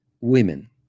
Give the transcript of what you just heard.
women